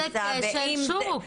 זה כשל שוק.